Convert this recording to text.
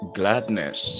gladness